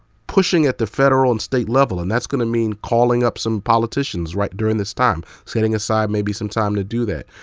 pushing at the federal and state level. and that's gonna mean calling up some politicians during this time, setting aside maybe some time to do that.